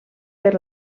per